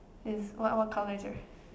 is what what colour is yours